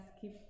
keep